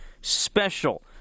special